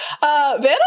Vanna